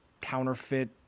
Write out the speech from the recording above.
counterfeit